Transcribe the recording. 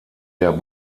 der